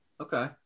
Okay